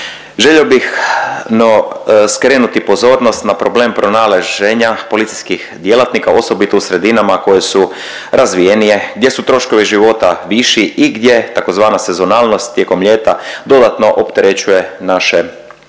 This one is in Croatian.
Želio bih skrenuti pozornost na problem pronalaženja policijskih djelatnika osobito u sredinama koje su razvijenije, gdje su troškovi života viši i gdje tzv. sezonalnost tijekom ljeta dodatno opterećuje naše resurse.